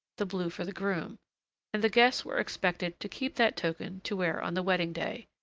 the blue for the groom and the guests were expected to keep that token to wear on the wedding-day,